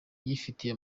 yifitiye